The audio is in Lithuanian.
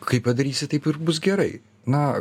kaip padarysi taip ir bus gerai na